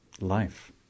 life